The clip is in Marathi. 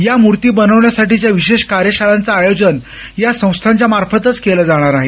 या मूर्ती बनवण्यासाठीच्या विशेष कार्यशाळांचं आयोजन या संस्थांच्या मार्फत केलं जाणार आहे